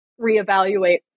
reevaluate